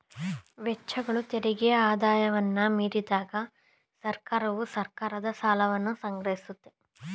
ವೆಚ್ಚಗಳು ತೆರಿಗೆ ಆದಾಯವನ್ನ ಮೀರಿದಾಗ ಸರ್ಕಾರವು ಸರ್ಕಾರದ ಸಾಲವನ್ನ ಸಂಗ್ರಹಿಸುತ್ತೆ